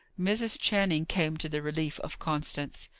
mrs. channing came to the relief of constance.